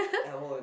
I won't